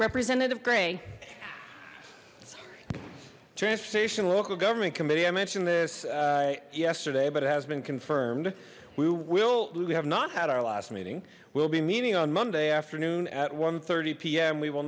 representative gray transportation local government committee i mentioned this yesterday but it has been confirmed we will we have not had our last meeting we'll be meeting on monday afternoon at one thirty p m we will